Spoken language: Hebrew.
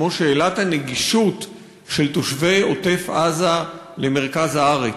כמו שאלת הגישה של תושבי עוטף-עזה למרכז הארץ.